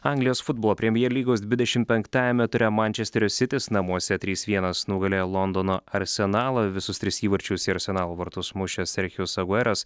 anglijos futbolo premjer lygos dvidešimt penktajame ture mančesterio sitis namuose trys vienas nugalėjo londono arsenalą visus tris įvarčius į arsenalo vartus mušė serchijus agueras